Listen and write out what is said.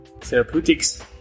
therapeutics